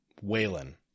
Whalen